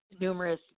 numerous